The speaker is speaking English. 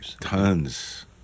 tons